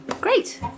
Great